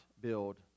build